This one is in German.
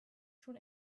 schon